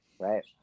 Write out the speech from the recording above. right